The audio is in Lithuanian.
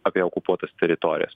apie okupuotas teritorijas